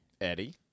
Eddie